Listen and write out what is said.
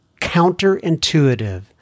counterintuitive